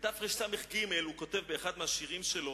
בתרס"ג הוא כתב באחד מן השירים שלו,